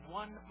one